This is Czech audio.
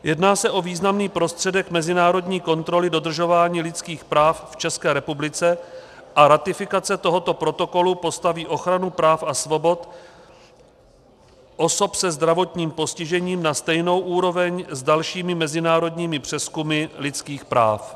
Jedná se o významný prostředek mezinárodní kontroly dodržování lidských práv v České republice a ratifikace tohoto protokolu postaví ochranu práv a svobod osob se zdravotním postižením na stejnou úroveň s dalšími mezinárodními přezkumy lidských práv.